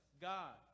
God